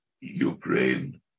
Ukraine